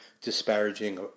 disparaging